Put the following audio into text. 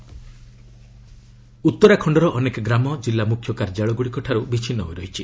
Uttarakhand weather ଉତ୍ତରାଖଣ୍ଡର ଅନେକ ଗ୍ରାମ ଜିଲ୍ଲା ମୁଖ୍ୟ କାର୍ଯ୍ୟାଳୟଗୁଡ଼ିକଠାରୁ ବିଚ୍ଛିନ୍ନ ହୋଇ ରହିଛି